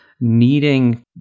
needing